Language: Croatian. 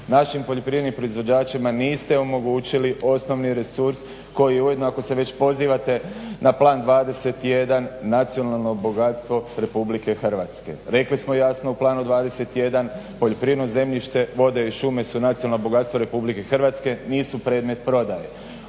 Našim poljoprivrednim proizvođačima niste omogućili osnovni resurs koji je ujedno ako se već pozivate na Plan 21 nacionalno bogatstvo RH. Rekli smo jasno u Planu 21 poljoprivredno zemljište, vode i šume su nacionalno bogatstvo RH i nisu predmet prodaje.